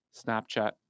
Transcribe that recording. Snapchat